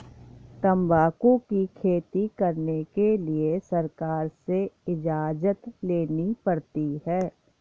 तंबाकू की खेती करने के लिए सरकार से इजाजत लेनी पड़ती है